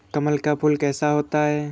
कमल का फूल कैसा होता है?